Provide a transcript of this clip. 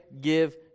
give